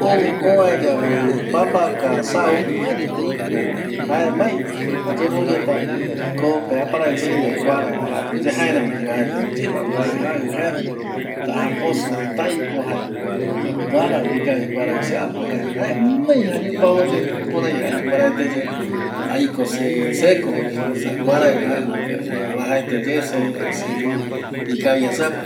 ﻿Ou ovae yae papaka sau jaeko jaemai ayemongueta kope aparaiki ai yae kuarai jaji yae jaeramo yepe oajaete kuarai jaji jae tajaposimo taiko jae, ngarako ikavi kuarai seapo jae jaemai ayupavoye jukurai ayuparaeteye aiko se sekogui esa kuarai jajipe oajaeteye se se ikavia seapo